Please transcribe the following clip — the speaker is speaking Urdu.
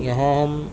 یہاں ہم